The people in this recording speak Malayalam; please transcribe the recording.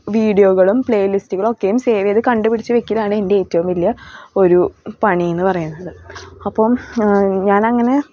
വീഡിയോകളും പ്ലേലിസ്റ്റുകളും ഒക്കെയും സേവ് ചെയ്ത് കണ്ടുപിടിച്ച് വയ്ക്കലാണ് എൻ്റെ ഏറ്റവും വലിയ ഒരു പണിയെന്ന് പറയുന്നത് അപ്പോൾ ഞാനങ്ങനെ